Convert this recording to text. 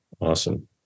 Awesome